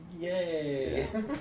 yay